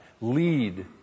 lead